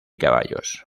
caballos